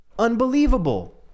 unbelievable